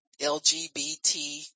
LGBT